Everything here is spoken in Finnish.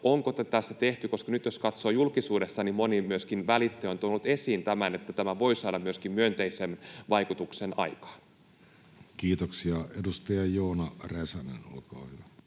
Onko tätä tässä tehty? Nyt jos katsoo, niin moni välittäjä on myöskin julkisuudessa tuonut esiin, että tämä voisi saada myöskin myönteisen vaikutuksen aikaan. Kiitoksia. — Edustaja Joona Räsänen, olkaa hyvä.